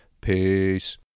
Peace